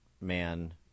man